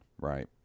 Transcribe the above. right